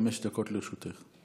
חמש דקות לרשותך.